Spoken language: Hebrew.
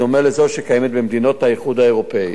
בדומה לזו שקיימת במדינות האיחוד האירופי.